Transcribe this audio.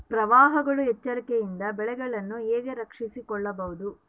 ಪ್ರವಾಹಗಳ ಎಚ್ಚರಿಕೆಯಿಂದ ಬೆಳೆಗಳನ್ನು ಹೇಗೆ ರಕ್ಷಿಸಿಕೊಳ್ಳಬಹುದು?